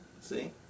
See